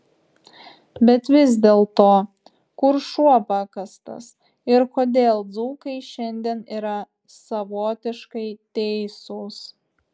bet vis dėlto kur šuo pakastas ir kodėl dzūkai šiandien yra savotiškai teisūs